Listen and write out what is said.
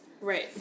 Right